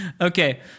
Okay